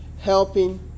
helping